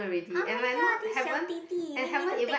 oh-my-god these 小弟弟 need me to take